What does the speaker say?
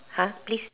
!huh! please